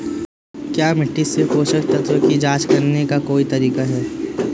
क्या मिट्टी से पोषक तत्व की जांच करने का कोई तरीका है?